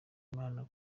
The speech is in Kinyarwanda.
imana